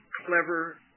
clever